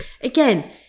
Again